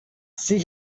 see